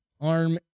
arm